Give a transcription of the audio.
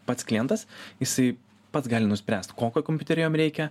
pats klientas jisai pats gali nuspręst kokio kompiuterio jam reikia